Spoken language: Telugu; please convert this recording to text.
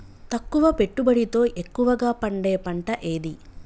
తక్కువ పెట్టుబడితో ఎక్కువగా పండే పంట ఏది?